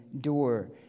door